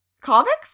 comics